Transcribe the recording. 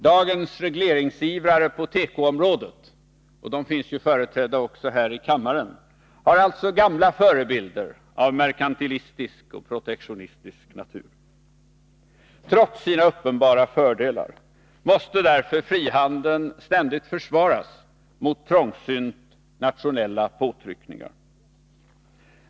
Dagens regleringsivrare på tekoområdet — de finns ju företrädda också här i kammaren — har alltså gamla förebilder av merkantilistisk och protektionistisk natur. Trots sina uppenbara fördelar måste därför frihandeln ständigt försvaras mot trångsynt nationella påtryckningar.